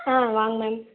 ஆ வாங்க மேம்